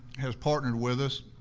has partnered with us